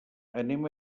anem